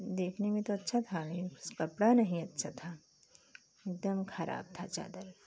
देखने में तो अच्छा था लेकिन उस कपड़ा नहीं अच्छी थी एक दम ख़राब थी चादर